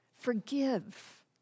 Forgive